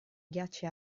ghiacci